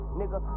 nigga